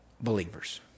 believers